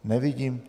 Nevidím...